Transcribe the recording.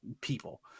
people